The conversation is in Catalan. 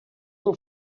del